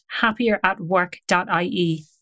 happieratwork.ie